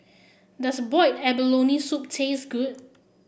does Boiled Abalone Soup taste good